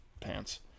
pants